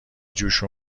جوش